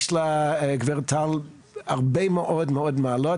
יש לגב' טל הרבה מאוד מעלות,